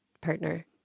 partner